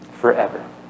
Forever